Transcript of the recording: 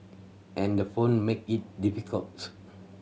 and the phone make is difficult